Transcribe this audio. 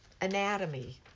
anatomy